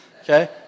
okay